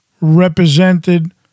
represented